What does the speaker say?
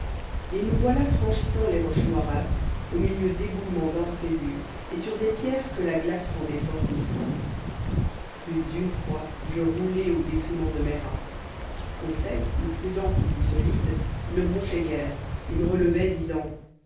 et nous voilà franchissant les roches noirâtres au milieu d'éboulements imprévus et sur des pierres que la glace rendait fort glissantes plus d'une fois je roulai au détriment de mes reins conseil plus prudent ou plus solide ne bronchait guère et me relevait disant